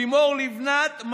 לימור לבנת,